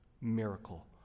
miracle